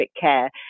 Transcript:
care